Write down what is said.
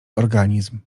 organizm